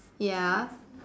ya